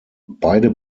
beide